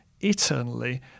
eternally